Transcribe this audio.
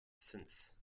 since